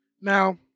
Now